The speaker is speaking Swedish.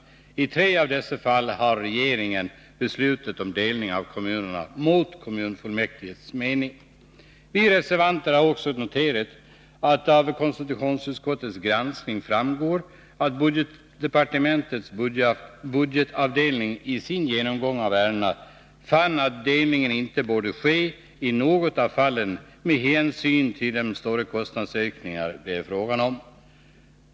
I tre av dessa fall har regeringen beslutat om delning av kommuner mot kommunfullmäktiges mening. Vi reservanter har också noterat att av konstitutionsutskottets granskning framgår att budgetdepartementets budgetavdelning i sin genomgång av ärendena fann att delning inte borde ske i något av fallen med hänsyn till de stora kostnadsökningar det är fråga om.